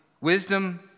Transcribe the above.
wisdom